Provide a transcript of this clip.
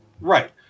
Right